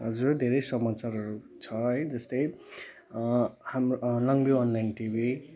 हजुर धेरै समाचारहरू छ है जस्तै हाम्रो लङभ्यू अनलाइन टिभी